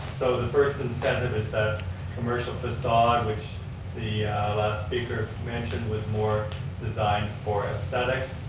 so the first incentive is that commercial facade which the last speaker mentioned was more designed for aesthetics,